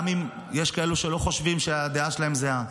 גם אם יש כאלו שלא חושבים שהדעה שלהם זהה,